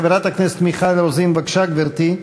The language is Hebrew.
חברת הכנסת מיכל רוזין, בבקשה, גברתי.